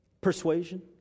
persuasion